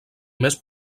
més